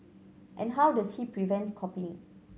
and how does he prevent copying